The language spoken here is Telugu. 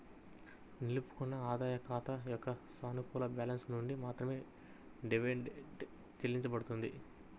నిలుపుకున్న ఆదాయాల ఖాతా యొక్క సానుకూల బ్యాలెన్స్ నుండి మాత్రమే డివిడెండ్ చెల్లించబడుతుంది